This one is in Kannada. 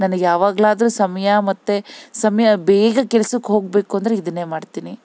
ನನಗೆ ಯಾವಾಗಲಾದ್ರೂ ಸಮಯ ಮತ್ತು ಸಮಯ ಬೇಗ ಕೆಲ್ಸಕ್ಕೆ ಹೋಗಬೇಕು ಅಂದರೆ ಇದನ್ನೇ ಮಾಡ್ತೀನಿ